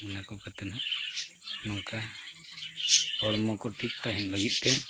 ᱚᱱᱟ ᱠᱚ ᱠᱟᱛᱮᱫ ᱦᱚᱸ ᱱᱚᱝᱠᱟ ᱦᱚᱲᱢᱚ ᱠᱚ ᱴᱷᱤᱠ ᱛᱟᱦᱮᱱ ᱞᱟᱹᱜᱤᱫ ᱛᱮ